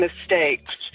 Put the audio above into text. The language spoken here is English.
mistakes